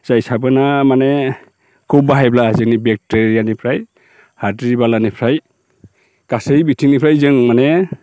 जाय साबोना माने खुब बाहायब्ला दिनै बेक्टेरियानिफ्राय हाद्रि बालानिफ्राय गासै बिथिंनिफ्राय जों माने